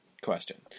question